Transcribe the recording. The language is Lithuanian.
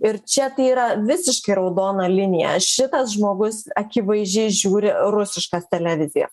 ir čia tai yra visiški raudona linija šitas žmogus akivaizdžiai žiūri rusiškas televizijas